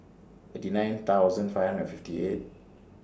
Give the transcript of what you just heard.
eighty nine thousand five hundred and fifty eight